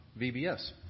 VBS